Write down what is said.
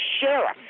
sheriff